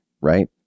right